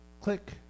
click